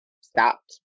stopped